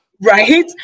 right